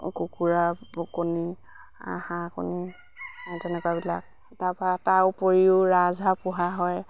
কুকুৰাকণী হাঁহকণী তেনেকুৱাবিলাক তাৰপৰা তাৰ উপৰিও ৰাজহাঁহ পোহা হয়